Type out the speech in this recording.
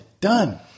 Done